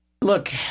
look